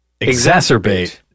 exacerbate